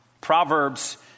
Proverbs